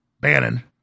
Bannon